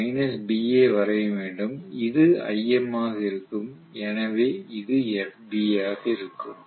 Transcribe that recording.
நான் B ஐ வரைய வேண்டும் இது Im ஆக இருக்கும் எனவே இது FB ஆக இருக்கும்